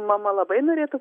mama labai norėtų